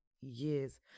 years